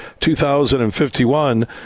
2051